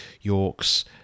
York's